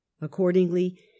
Accordingly